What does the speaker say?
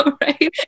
Right